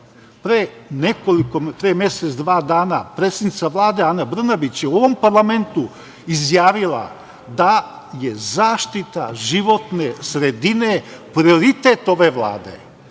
bio početak. Pre mesec, dva dana predsednica Vlade, Ana Brnabić je u ovom parlamentu izjavila da je zaštita životne sredine prioritet ove Vlade.